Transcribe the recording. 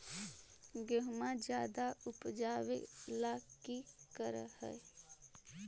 गेहुमा ज्यादा उपजाबे ला की कर हो?